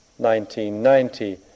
1990